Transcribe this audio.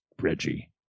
Reggie